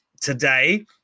today